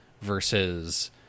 versus